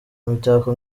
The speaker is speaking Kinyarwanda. imitako